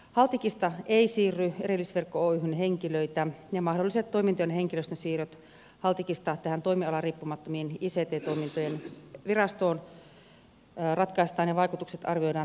haltikista ei siirry erillisverkot oyhyn henkilöitä ja mahdolliset toimintojen henkilöstön siirrot haltikista tähän toimialariippumattomien ict toimintojen virastoon ratkaistaan ja vaikutukset arvioidaan tehtäessä päätöksiä niiden palveluntuottajista